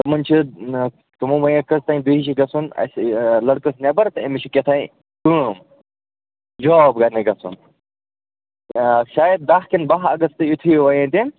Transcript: تِمَن چھِ نا تٔمی ونیٛاے کوٚت تام بیٚیہِ چھ گَژھُن اسہِ یہِ لٔڑکَس نٮ۪بَر تہٕ أمِس چھِ کیٚنٛہہ تام کٲم جاب کَرنہِ گَژھُن آ شایَد دَہ کِنہٕ باہ اَگَستہٕ یُتھُے ہیٛوٗو وَنیٛاے تٔمۍ